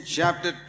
chapter